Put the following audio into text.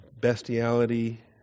bestiality